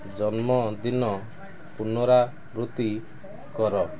ଜନ୍ମଦିନ ପୁନରାବୃତ୍ତି କର